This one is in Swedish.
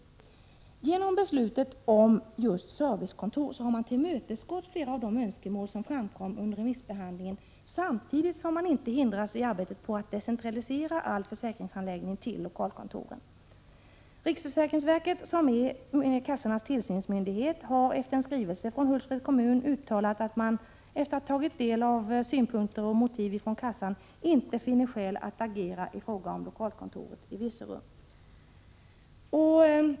Genom detta beslut om servicekontor har man tillmötesgått flera av de önskemål som framkom under remissbehandlingen, samtidigt som man inte hindrats i arbetet att decentralisera all försäkringshandläggning till lokalkontoren. Riksförsäkringsverket, som är kassornas tillsynsmyndighet, har efter en skrivelse från Hultsfreds kommun uttalat att man sedan man tagit del av kassans synpunkter och motiv inte finner skäl att agera i frågan om lokalkontor till Virserum.